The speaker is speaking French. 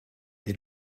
des